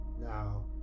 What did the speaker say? now